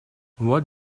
what